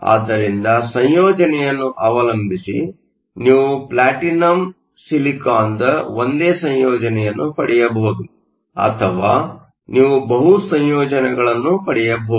ಆದ್ದರಿಂದ ಸಂಯೋಜನೆಯನ್ನು ಅವಲಂಬಿಸಿ ನೀವು Pt Si ದ ಒಂದೇ ಸಂಯೋಜನೆಯನ್ನು ಪಡೆಯಬಹುದು ಅಥವಾ ನೀವು ಬಹು ಸಂಯೋಜನೆಗಳನ್ನು ಪಡೆಯಬಹುದು